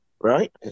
right